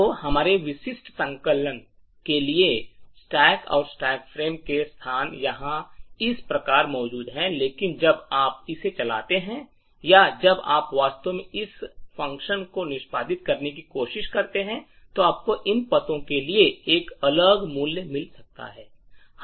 तो हमारे विशिष्ट संकलन के लिए स्टैक और स्टैक फ्रेम के स्थान यहां इस प्रकार मौजूद हैं लेकिन जब आप इसे चलाते हैं या जब आप वास्तव में इस कार्यक्रम को निष्पादित करने की कोशिश करते हैं तो आपको इन पतों के लिए एक अलग मूल्य मिल सकता है